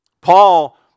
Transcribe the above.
Paul